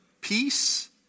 peace